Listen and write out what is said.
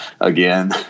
again